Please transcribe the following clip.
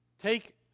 Take